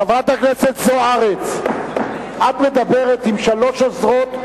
חברת הכנסת זוארץ, את מדברת עם שלוש עוזרות.